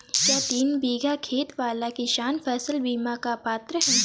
क्या तीन बीघा खेत वाला किसान फसल बीमा का पात्र हैं?